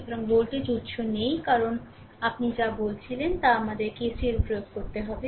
সুতরাং ভোল্টেজ উত্স নেই কারণ আপনি যা বলেছিলেন তা আমাদের KCL প্রয়োগ করতে হবে